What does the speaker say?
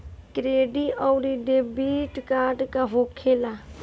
Credit आउरी debit card का होखेला?